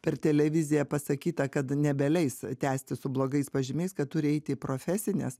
per televiziją pasakyta kad nebeleis tęsti su blogais pažymiais kad turi eiti į profesines